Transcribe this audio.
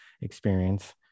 experience